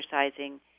exercising